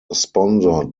sponsored